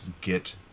get